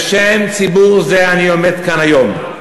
בשם ציבור זה אני עומד כאן היום,